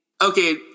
Okay